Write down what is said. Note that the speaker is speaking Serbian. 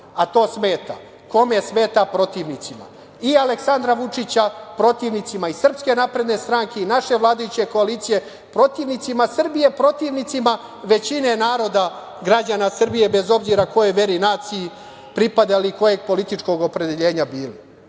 a to smeta. Kome smeta? Protivnicima i Aleksandra Vučića, protivnicima iz SNS i naše vladajuće koalicije, protivnicima Srbije, protivnicima većine naroda građana Srbije bez obzira kojoj veri i naciji pripadali i kojeg političkog opredeljenja bili. Prema